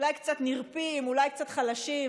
אולי קצת נרפים, אולי קצת חלשים,